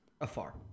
Afar